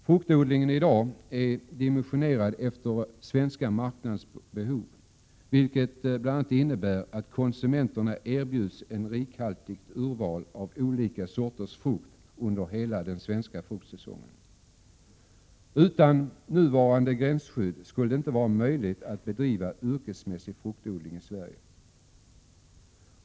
Fruktodlingen är i dag dimensionerad efter den svenska marknadens behov, vilket bl.a. innebär att konsumenterna erbjuds ett rikhaltigt urval av olika sorters frukt under hela den svenska fruktsäsongen. Utan nuvarande gränsskydd skulle det inte vara möjligt att bedriva yrkesmässig fruktodling i Sverige.